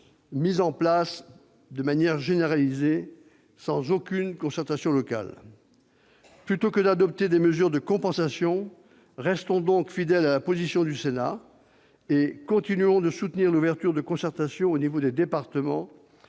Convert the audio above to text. mise en place de manière généralisée et sans aucune concertation locale. Plutôt que d'adopter des dispositions de compensation, restons donc fidèles à la position du Sénat et continuons à soutenir l'ouverture de concertations au niveau des départements